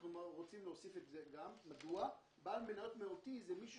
אנחנו רוצים להוסיף את זה כי בעל מניות מהותי הוא מישהו